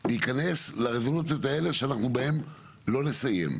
להיכנס לרזולוציות האלה שאנחנו בהם לא נסיים.